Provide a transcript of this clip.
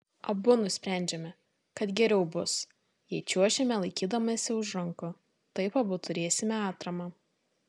abu nusprendžiame kad geriau bus jei čiuošime laikydamiesi už rankų taip abu turėsime atramą